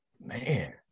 Man